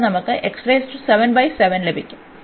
ഇവിടെ നമുക്ക് ലഭിക്കും